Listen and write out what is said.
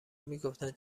میگفتن